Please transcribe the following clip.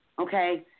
Okay